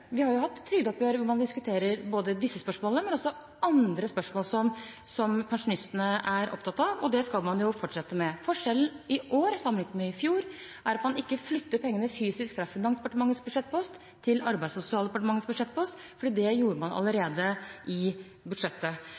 Vi har jo hatt trygdeoppgjør hvor man diskuterer både disse spørsmålene og andre spørsmål som pensjonistene er opptatt av, og det skal man fortsette med. Forskjellen i år, sammenliknet med i fjor, er at man ikke flytter penger fysisk fra Finansdepartementets budsjettpost til Arbeids- og sosialdepartementets budsjettpost, for det gjorde man allerede i budsjettet.